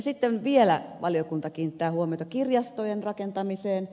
sitten vielä valiokunta kiinnittää huomiota kirjastojen rakentamiseen